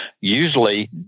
usually